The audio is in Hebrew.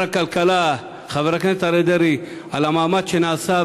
הכלכלה חבר הכנסת אריה דרעי על המאמץ שנעשה.